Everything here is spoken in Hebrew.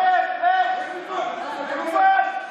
לך, בוגד,